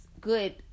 good